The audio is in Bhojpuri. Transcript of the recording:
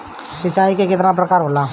सिंचाई केतना प्रकार के होला?